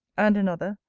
and another,